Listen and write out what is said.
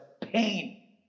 pain